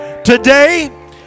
Today